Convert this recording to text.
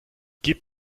gib